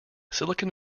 silicon